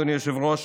אדוני היושב-ראש,